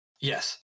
Yes